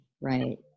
right